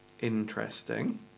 Interesting